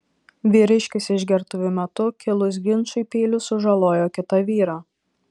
vyriškis išgertuvių metu kilus ginčui peiliu sužalojo kitą vyrą